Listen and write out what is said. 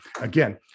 again